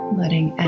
letting